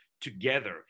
together